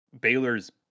Baylor's